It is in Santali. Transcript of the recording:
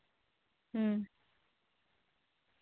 ᱦᱮᱸ